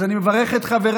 אז אני מברך את חבריי.